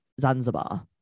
Zanzibar